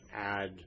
add